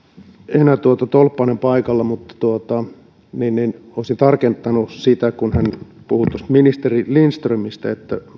enää tolppanen paikalla mutta olisin tarkentanut sitä kun hän puhui ministeri lindströmistä että